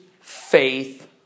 Faith